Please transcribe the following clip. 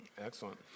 Excellent